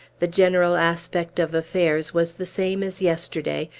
the general aspect of affairs was the same as yesterday,